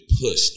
pushed